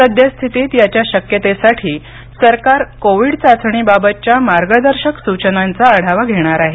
सद्यस्थितीत याच्या शक्यतेसाठी सरकार कोविड चाचणीबाबतच्या मार्गदर्शक सूचनांचा आढावा घेणार आहे